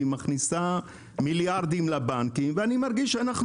מכניסה מיליארדים לבנקים ואני מרגיש שאנו